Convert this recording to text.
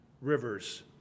rivers